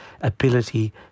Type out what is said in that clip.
ability